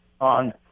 on